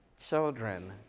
children